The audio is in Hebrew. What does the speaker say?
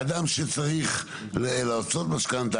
לאדם שצריך לעשות משכנתא,